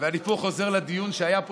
אני חוזר לדיון האינטליגנטי שהיה פה